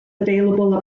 available